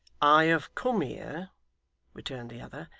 i have come here returned the other,